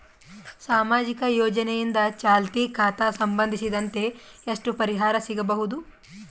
ಸಾಮಾಜಿಕ ಯೋಜನೆಯಿಂದ ಚಾಲತಿ ಖಾತಾ ಸಂಬಂಧಿಸಿದಂತೆ ಎಷ್ಟು ಪರಿಹಾರ ಸಿಗಬಹುದು?